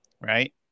right